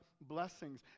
blessings